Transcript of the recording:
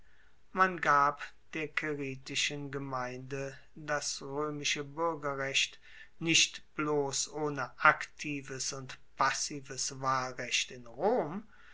man gab der caeritischen gemeinde das roemische buergerrecht nicht bloss ohne aktives und passives wahlrecht in rom